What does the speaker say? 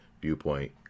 viewpoint